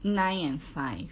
nine and five